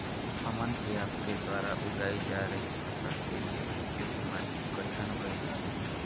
हमन के आपके द्वारा उगाई जा रही फसल के लिए उपयुक्त माटी कईसन होय के चाहीं?